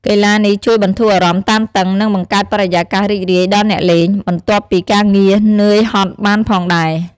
កីឡានេះជួយបន្ធូរអារម្មណ៍តានតឹង និងបង្កើតបរិយាកាសរីករាយដល់អ្នកលេង បន្ទាប់ពីការងារនឿយហត់បានផងដែរ។